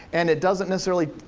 and it doesn't necessarily,